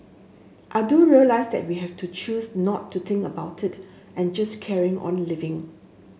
I do realise that we have to choose not to think about it and just carry on living